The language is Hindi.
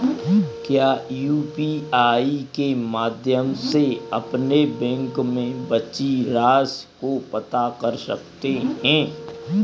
क्या यू.पी.आई के माध्यम से अपने बैंक में बची राशि को पता कर सकते हैं?